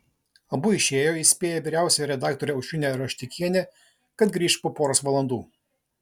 abu išėjo įspėję vyriausiąją redaktorę aušrinę raštikienę kad grįš po poros valandų